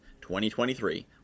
2023